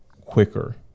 quicker